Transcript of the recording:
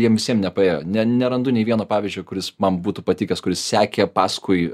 jiem visiem nepaėjo ne nerandu nei vieno pavyzdžio kuris man būtų patikęs kuris sekė paskui